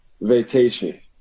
vacation